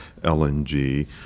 LNG